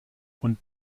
und